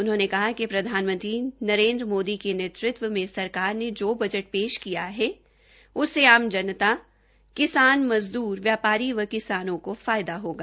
उन्होंने कहा कि प्रधानमंत्री नरेंद्र मोदी के नेतृत्व में सरकार ने जो बजट पेश किया गया है उससे आम जनता किसान मजदूर व्यापारी व किसानों को लाभ मिलेगा